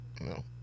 No